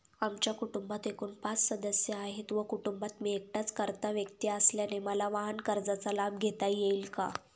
आमच्या कुटुंबात एकूण पाच सदस्य आहेत व कुटुंबात मी एकटाच कर्ता व्यक्ती असल्याने मला वाहनकर्जाचा लाभ घेता येईल का?